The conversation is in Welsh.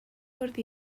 fwrdd